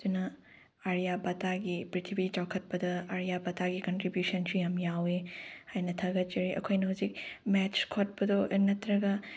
ꯑꯗꯨꯅ ꯑꯥꯔꯤꯌꯥꯕꯠꯇꯒꯤ ꯄ꯭ꯔꯤꯊꯤꯕꯤ ꯆꯥꯎꯈꯠꯄꯗ ꯑꯥꯔꯤꯌꯥꯕꯠꯇꯒꯤ ꯀꯟꯇ꯭ꯔꯤꯕ꯭ꯌꯨꯁꯟꯁꯨ ꯌꯥꯝ ꯌꯥꯎꯏ ꯍꯥꯏꯅ ꯊꯥꯒꯠꯆꯔꯤ ꯑꯩꯈꯣꯏꯅ ꯍꯧꯖꯤꯛ ꯃꯦꯠꯁ ꯈꯣꯠꯄꯗꯣ ꯅꯠꯇ꯭ꯔꯒ